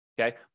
Okay